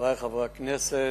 חברי חברי הכנסת,